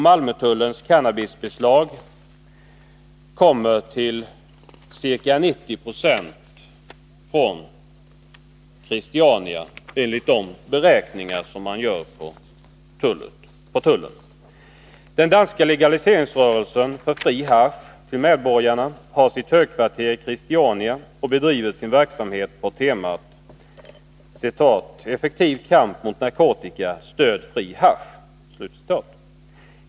Malmötullens cannabisbeslag beräknas till ca 90 96 komma från Christiania. Den danska rörelsen för legalisering av fri hasch till medborgarna har sitt högkvarter i Christiania och bedriver sin verksamhet på temat ”Effektiv kamp mot narkotika — Stöd fri hasch”.